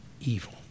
evil